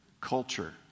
culture